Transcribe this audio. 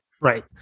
Right